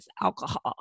alcohol